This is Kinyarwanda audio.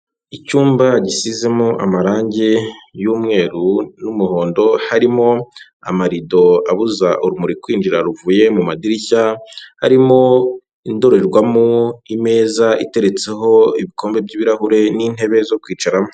Icyumba gisizemo amarangi y'umweru n'umuhondo, harimo amarido abuza urumuri kwinjira ruvuye mu madirishya, harimo indorerwamo, imeza iteretseho ibikombe by'ibirahure n'intebe zo kwicaramo.